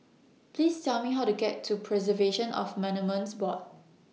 Please Tell Me How to get to Preservation of Monuments Board